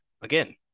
again